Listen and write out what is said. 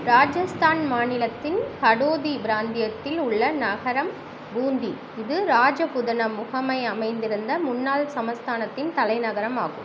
ராஜஸ்தான் மாநிலத்தின் ஹடோதி பிராந்தியத்தில் உள்ள நகரம் பூந்தி இது ராஜபுதனம் முகமை அமைந்திருந்த முன்னாள் சமஸ்தானத்தின் தலைநகரம் ஆகும்